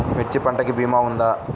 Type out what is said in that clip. మిర్చి పంటకి భీమా ఉందా?